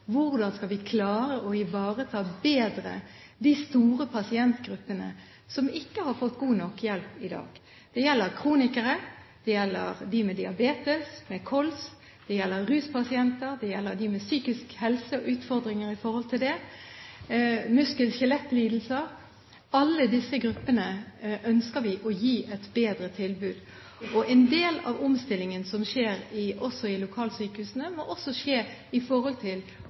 hvordan vi bedre skal klare å ivareta de store pasientgruppene som ikke har fått god nok hjelp i dag. Det gjelder kronikere, det gjelder de med diabetes og kols, det gjelder ruspasienter, det gjelder de med utfordringer i forhold til psykisk helse, og det gjelder de med muskel- og skjelettlidelser; alle disse gruppene ønsker vi å gi et bedre tilbud. Og en del av omstillingen som skjer i lokalsykehusene, må også skje